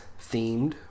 themed